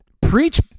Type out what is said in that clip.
preach